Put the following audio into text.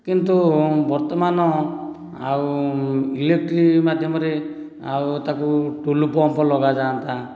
କିନ୍ତୁ ବର୍ତ୍ତମାନ ଆଉ ଇଲେକ୍ଟ୍ରି ମାଧ୍ୟମରେ ଆଉ ତାକୁ ଟୁଲୁ ପମ୍ପ ଲଗାଯାଆନ୍ତା